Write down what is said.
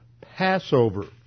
Passover